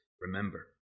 remember